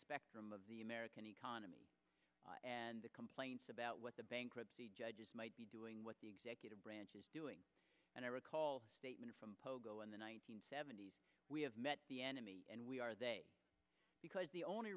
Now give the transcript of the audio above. spectrum of the american economy and the complaints about what the bankruptcy judges might be doing what the executive branch is doing and i recall a statement from pogo in the one nine hundred seventy s we have met the enemy and we are because the only